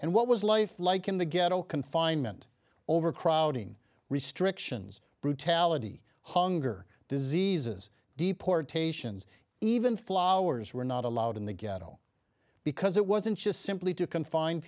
and what was life like in the ghetto confinement overcrowding restrictions brutality hunger diseases deportations even flowers were not allowed in the ghetto because it wasn't just simply to confine